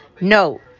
No